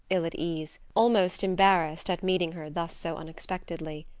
ill at ease, almost embarrassed at meeting her thus so unexpectedly.